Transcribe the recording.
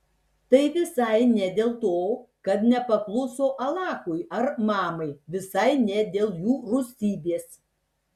tai visai ne dėl to kad nepakluso alachui ar mamai visai ne dėl jų rūstybės